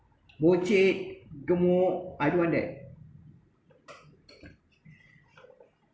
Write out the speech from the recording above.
buncit gemuk I don't want that